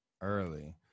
early